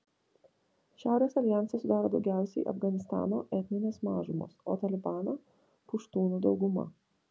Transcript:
šiaurės aljansą sudaro daugiausiai afganistano etninės mažumos o talibaną puštūnų dauguma